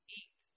eat